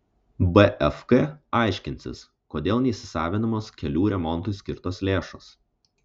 bfk aiškinsis kodėl neįsisavinamos kelių remontui skirtos lėšos